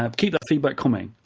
um keep that feedback coming,